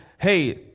Hey